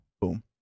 boom